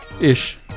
ish